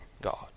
God